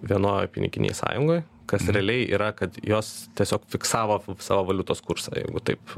vienoj piniginėj sąjungoj kas realiai yra kad jos tiesiog fiksavo savo valiutos kursą jeigu taip